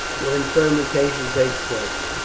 when fermentation takes place.